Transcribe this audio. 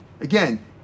Again